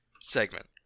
segment